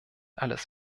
alles